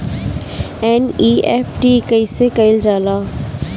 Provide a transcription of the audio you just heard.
NEFT कइसे कइल जाला?